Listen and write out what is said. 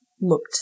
looked